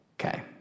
Okay